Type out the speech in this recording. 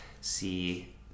see